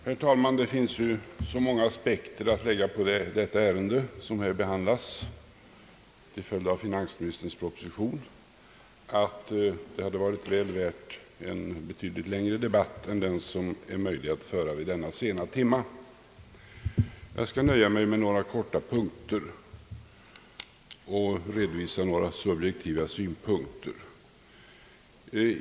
Herr talman! Det finns ju många aspekter att välja på i det ärende som till följd av finansministerns proposition här behandlas, att det hade varit väl värt en betydligt längre debatt än den vi kan föra vid denna sena timme. Jag skall nöja mig med att helt kort ta upp några frågor och redovisa några subjektiva synpunkter.